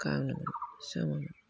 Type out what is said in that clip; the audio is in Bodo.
गानो जोमो